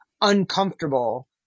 uncomfortable